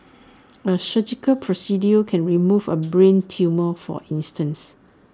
A surgical procedure can remove A brain tumour for instance